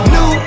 New